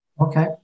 Okay